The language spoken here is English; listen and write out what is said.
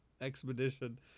expedition